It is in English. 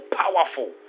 powerful